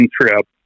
trip